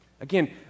Again